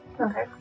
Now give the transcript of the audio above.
Okay